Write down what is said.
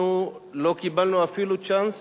אנחנו לא קיבלנו אפילו צ'אנס